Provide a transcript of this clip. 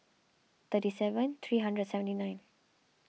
thirty seven three hundred and seventy nine